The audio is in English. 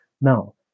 now